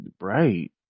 Right